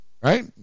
right